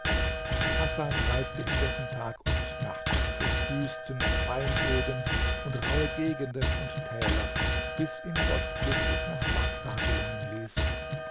hasan reiste indessen tag und nacht durch wüsten und einöden und rauhe gegenden und täler bis ihn gott glücklich nach baßrah gelangen ließ